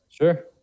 Sure